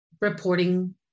reporting